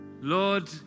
Lord